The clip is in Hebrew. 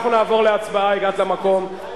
אנחנו נעבור להצבעה, הגעת למקום.